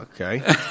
okay